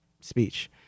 speech